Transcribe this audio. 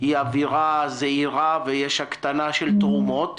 היא אוירה זהירה ויש הקטנה של תרומות.